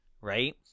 right